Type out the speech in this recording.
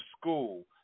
school